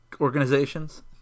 organizations